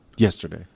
Yesterday